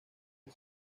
que